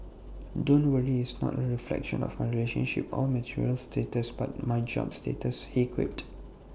don't worry it's not A reflection of my relationship or marital status but my job status he quipped